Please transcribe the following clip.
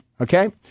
Okay